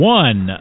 one